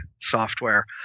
software